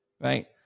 right